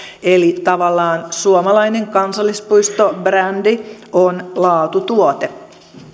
eli tavallaan suomalainen kansallispuistobrändi on laatutuote